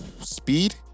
Speed